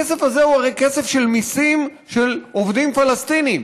הכסף הזה הוא הרי כסף של מיסים של עובדים פלסטינים.